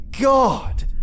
god